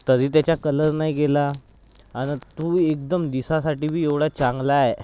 तरी त्याचा कलर नाही गेला आणि तो एकदम दिसायसाठी बी एवढा चांगला आहे